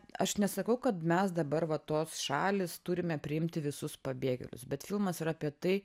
aš nesakau kad mes dabar va tos šalys turime priimti visus pabėgėlius bet filmas yra apie tai